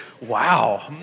wow